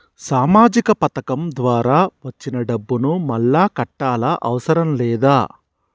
సామాజిక పథకం ద్వారా వచ్చిన డబ్బును మళ్ళా కట్టాలా అవసరం లేదా?